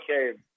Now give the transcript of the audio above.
okay